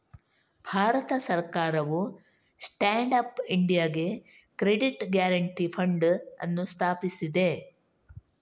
ಭಾರತ ಸರ್ಕಾರವು stand up ಇಂಡಿಯಾಗೆ credit guarantee fund ಅನ್ನು ಸ್ಥಾಪಿಸಿದೆ